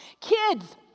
Kids